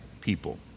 people